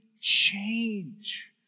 change